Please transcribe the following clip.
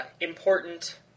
important